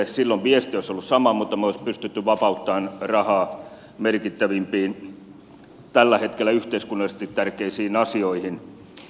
silloin viesti olisi ollut sama mutta me olisimme pystyneet vapauttamaan rahaa merkittävimpiin tällä hetkellä yhteiskunnallisesti tärkeisiin asioihin